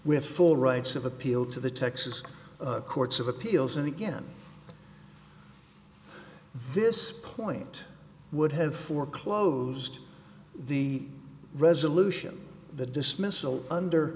with full rights of appeal to the texas courts of appeals and again this point would have four closed the resolution the dismissal under